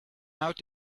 out